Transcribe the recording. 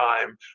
time